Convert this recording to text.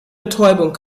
betäubung